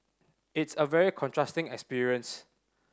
it's a very contrasting experience